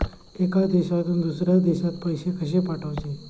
एका देशातून दुसऱ्या देशात पैसे कशे पाठवचे?